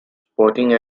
sporting